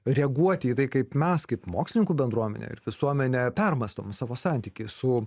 reaguoti į tai kaip mes kaip mokslininkų bendruomenė ir visuomenė permąstom savo santykį su